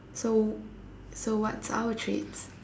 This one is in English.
so so what's our treats